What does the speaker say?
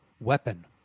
Weapon